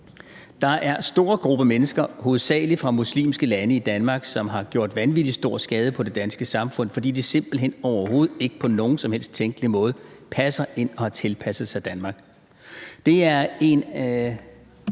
er en stor gruppe mennesker – hovedsagelig fra muslimske lande – i Danmark, som har gjort vanvittig store skader på det danske samfund, fordi de simpelt hen overhovedet ikke på nogen som helst tænkelig måde passer ind og har tilpasset sig Danmark.« Det er en